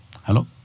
Hello